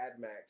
Admax